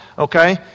Okay